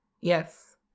Yes